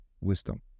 wisdom